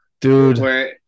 dude